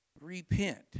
repent